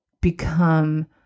become